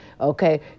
okay